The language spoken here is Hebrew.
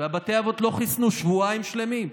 ובתי האבות לא חיסנו שבועיים שלמים.